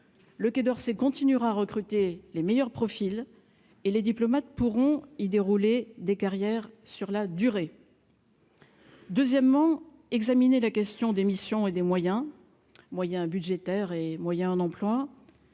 Le Quai d'Orsay continuera de recruter les meilleurs profils et les diplomates pourront y dérouler des carrières sur la durée. Les amis, oui ! Je compte ensuite examiner la question des missions et des moyens, à la fois budgétaires et en emplois,